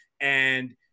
and-